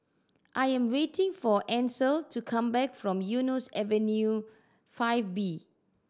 I am waiting for Ansel to come back from Eunos Avenue Five B